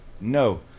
No